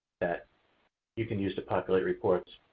that you can use to populate reports.